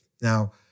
Now